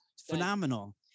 Phenomenal